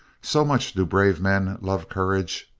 so much do brave men love courage!